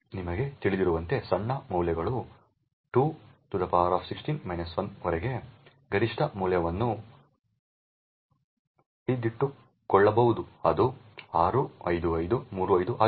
ನಿಮಗೆ ತಿಳಿದಿರುವಂತೆ ಸಣ್ಣ ಮೌಲ್ಯಗಳು 216 1 ವರೆಗೆ ಗರಿಷ್ಠ ಮೌಲ್ಯವನ್ನು ಹಿಡಿದಿಟ್ಟುಕೊಳ್ಳಬಹುದು ಅದು 65535 ಆಗಿದೆ